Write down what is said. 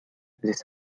this